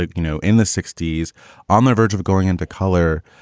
you know, in the sixty s on the verge of going into color.